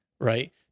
Right